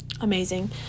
amazing